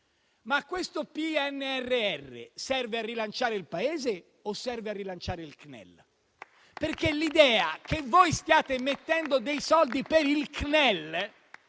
ma questo PNRR serve a rilanciare il Paese o serve a rilanciare il CNEL? L'idea che voi stiate mettendo dei soldi per il CNEL,